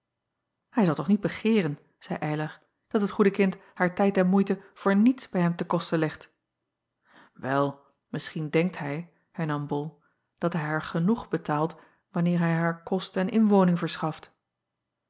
ij zal toch niet begeeren zeî ylar dat het goede kind haar tijd en moeite voor niets bij hem te koste legt el misschien denkt hij hernam ol dat hij acob van ennep laasje evenster delen haar genoeg betaalt wanneer hij haar kost en inwoning verschaft